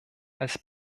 als